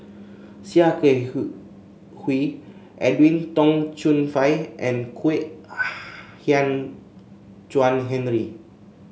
Sia Kah Hui Edwin Tong Chun Fai and Kwek Hian Chuan Henry